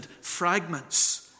fragments